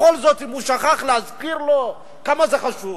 בכל זאת, אם הוא שכח, להזכיר לו כמה זה חשוב.